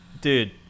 Dude